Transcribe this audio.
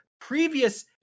previous